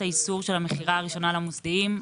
האיסור של המכירה הראשונה למוסדיים.